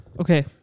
Okay